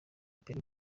peru